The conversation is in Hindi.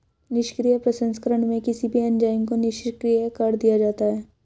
निष्क्रिय प्रसंस्करण में किसी भी एंजाइम को निष्क्रिय कर दिया जाता है